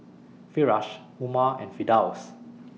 Firash Umar and Firdaus